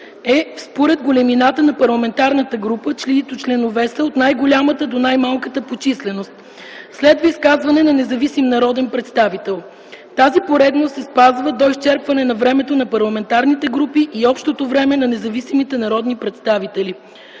е според големината на парламентарната група, чиито членове са от най-голямата до най-малката по численост. Следва изказване на независим народен представител. Тази поредност се спазва до изчерпване на времето на парламентарните групи и общото време на независимите народни представители.